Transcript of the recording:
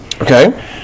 Okay